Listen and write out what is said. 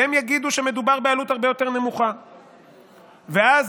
והם יגידו שמדובר בעלות הרבה יותר נמוכה, ואז,